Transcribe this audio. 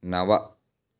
नव